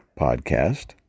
podcast